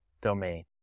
domain